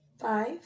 Five